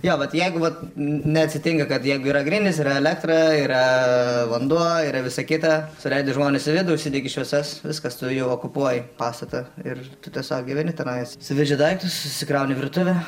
jo vat jeigu vat neatsitinka kad jeigu yra grindys yra elektra yra vanduo yra visa kita suleidi žmones į vidų užsidegi šviesas viskas tu jau okupuoji pastatą ir tu tiesiog gyveni tenai suveži daiktus susikrauni virtuvę